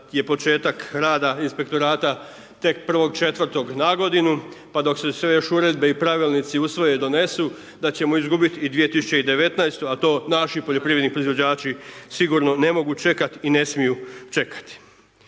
je početak rada inspektorata tek 1.4. na godinu, pa dok se sve još uredbe i pravilnici usvoje i donesu da ćemo izgubiti i 2019. a to naši poljoprivredni proizvođači sigurno ne mogu čekati i ne smiju čekati.